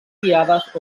guiades